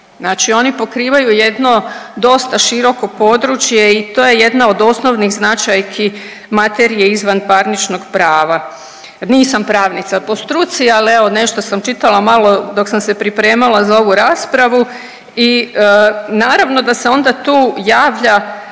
znači oni pokrivaju jedno dosta široko područje i to je jedna od osnovnih značajki materije izvanparničnog prava. Nisam pravnica po struci, al evo nešto sam čitala malo dok sam se pripremala za ovu raspravu i naravno da se onda tu javlja